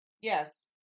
Yes